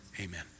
Amen